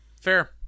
fair